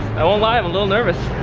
i won't lie, i'm a little nervous.